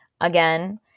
again